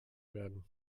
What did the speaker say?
werden